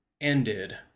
ended